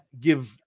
give